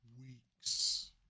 weeks